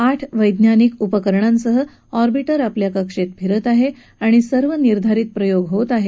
आठ वैज्ञानिक उपकरणांसह ऑर्बिंटर आपल्या कक्षेत फिरत आहे आणि सर्व निर्धारित प्रयोग करत आहे